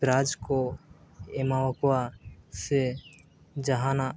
prize ᱠᱚ ᱮᱢᱟᱣ ᱠᱚᱣᱟ ᱥᱮ ᱡᱟᱦᱟᱱᱟᱜ